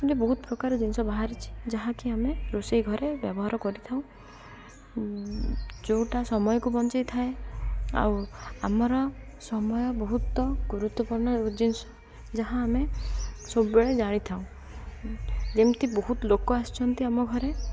ସେମିତି ବହୁତ ପ୍ରକାର ଜିନିଷ ବାହାରିଛି ଯାହାକି ଆମେ ରୋଷେଇ ଘରେ ବ୍ୟବହାର କରିଥାଉ ଯେଉଁଟା ସମୟକୁ ବଞ୍ଚେଇ ଥାଏ ଆଉ ଆମର ସମୟ ବହୁତ ଗୁରୁତ୍ୱପୂର୍ଣ୍ଣ ଜିନିଷ ଯାହା ଆମେ ସବୁବେଳେ ଜାଣିଥାଉ ଯେମିତି ବହୁତ ଲୋକ ଆସିଛନ୍ତି ଆମ ଘରେ